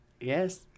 Yes